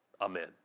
amen